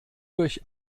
durch